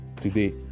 today